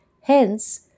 Hence